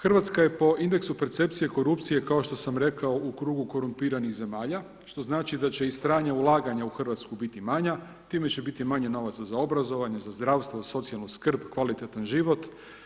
Hrvatska je po indeksu percepcije korupcije kao što sam rekao u krugu korumpiranih zemalja što znači da će i strana ulaganja u Hrvatsku biti manja, time će biti i manje novaca za obrazovanje, za zdravstvo, socijalnu skrb, kvalitetan život.